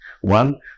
One